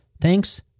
Thanks